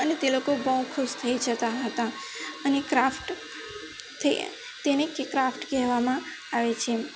અને તે લોકો બહુ ખુશ થઈ જતાં હતાં અને ક્રાફ્ટથી તેને કે ક્રાફ્ટ કહેવામાં આવે છે